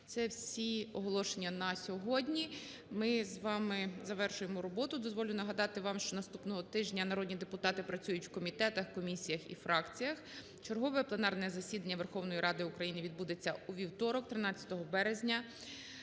Це всі оголошення на сьогодні. Ми з вами завершуємо роботу. Дозволю нагадати вам, що наступного тижня народні депутати працюють в комітетах, комісіях і фракціях. Чергове пленарне засідання Верховної Ради України відбудеться у вівторок, 13 березня